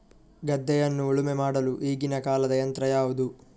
ಗದ್ದೆಯನ್ನು ಉಳುಮೆ ಮಾಡಲು ಈಗಿನ ಕಾಲದ ಯಂತ್ರ ಯಾವುದು?